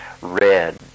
red